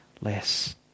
less